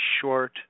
short